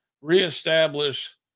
reestablish